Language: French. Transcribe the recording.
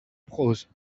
prose